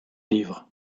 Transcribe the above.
livres